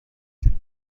فیلم